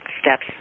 steps